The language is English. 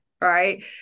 right